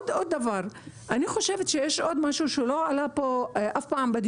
אני חושבת שיש עוד משהו שאף פעם לא עלה כאן בדיונים.